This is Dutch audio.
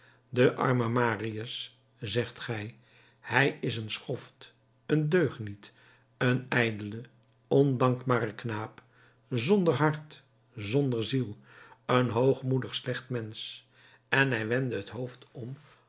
den armen marius zegt gij hij is een schoft een deugniet een ijdele ondankbare knaap zonder hart zonder ziel een hoogmoedig slecht mensch en hij wendde het hoofd om